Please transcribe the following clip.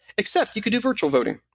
except you could do virtual voting.